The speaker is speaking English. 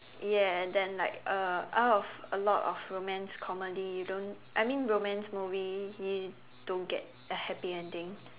ya and then like uh out of a lot of romance comedy you don't I mean romance movie you don't get a happy ending